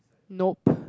nope